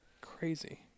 crazy